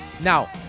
now